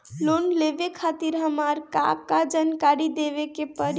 Loan लेवे खातिर हमार का का जानकारी देवे के पड़ी?